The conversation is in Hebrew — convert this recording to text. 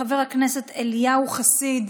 חבר הכנסת אליהו חסיד,